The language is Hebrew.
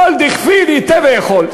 כל דכפין ייתי ויכול,